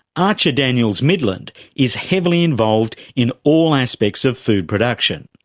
archer daniels midland is heavily involved in all aspects of food production.